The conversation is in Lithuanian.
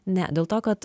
ne dėl to kad